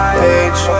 page